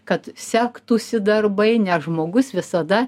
kad sektųsi darbai nes žmogus visada